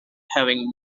having